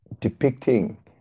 depicting